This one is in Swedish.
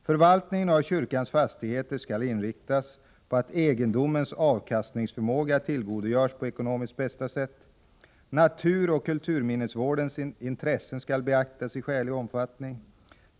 Förvaltningen av kyrkans fastigheter skall inriktas på att egendomens avkastningsförmåga tillgodogörs på ekonomiskt bästa sätt. Naturoch kulturminnesvårdens intressen skall beaktas i skälig omfattning.